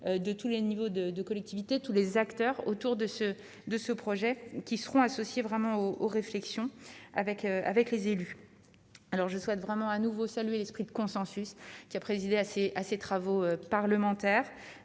de tous les niveaux de de collectivités, tous les acteurs autour de ce de ce projet, qui seront associés vraiment aux réflexions avec avec les élus, alors je souhaite vraiment à nouveau salué l'esprit de consensus qui a présidé assez à ces travaux parlementaires